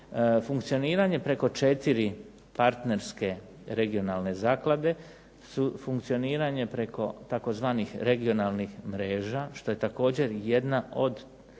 Funkcioniranje preko 4 partnerske regionalne zaklade su funkcioniranje preko tzv. regionalnih mreža što je također jedan od